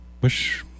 Wish